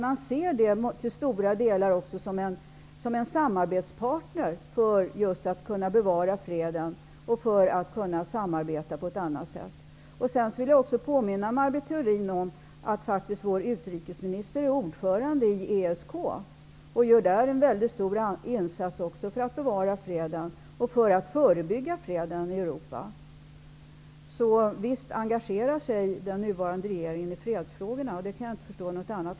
Man ser EG till stora delar såsom en samarbetspartner när det gäller att bevara freden och samarbeta på annat sätt. Jag vill påminna Maj Britt Theorin om att vår utrikesminister faktiskt är ordförande i ESK och där gör en betydande insats för att bevara freden i Europa. Så visst engagerar sig den nuvarande regeringen i fredsfrågorna. Jag kan inte förstå något annat.